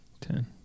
Ten